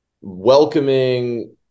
welcoming